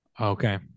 Okay